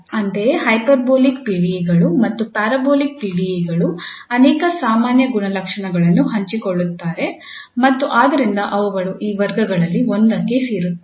ಅಂತೆಯೇ ಹೈಪರ್ಬೋಲಿಕ್ ಪಿಡಿಇಗಳು ಮತ್ತು ಪ್ಯಾರಾಬೋಲಿಕ್ ಪಿಡಿಇಗಳು ಅನೇಕ ಸಾಮಾನ್ಯ ಗುಣಲಕ್ಷಣಗಳನ್ನು ಹಂಚಿಕೊಳ್ಳುತ್ತಾರೆ ಮತ್ತು ಆದ್ದರಿಂದ ಅವುಗಳು ಈ ವರ್ಗಗಳಲ್ಲಿ ಒಂದಕ್ಕೆ ಸೇರುತ್ತವೆ